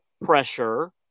pressure